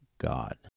God